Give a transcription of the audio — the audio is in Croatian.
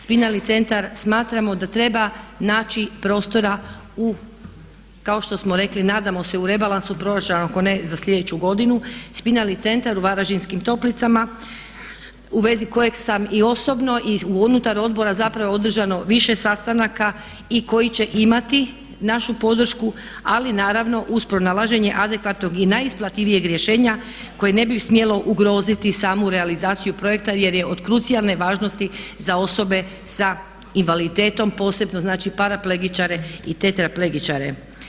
Spinalni centar smatramo da treba naći prostora u, kao što smo rekli, nadamo se u rebalansu proračuna, ako ne za sljedeću godinu, Spinalni centar u Varaždinskim toplicama u vezi kojeg sam i osobno i unutar odbora zapravo održano više sastanaka i koji će imati našu podršku, ali naravno uz pronalaženje adekvatnog i najisplativijeg rješenja koje ne bi smjelo ugroziti samu realizaciju projekta jer je od krucijalne važnosti za osobe sa invaliditetom posebno znači paraplegičare i tetra plegičare.